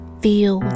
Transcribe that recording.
feel